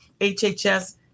HHS